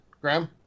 graham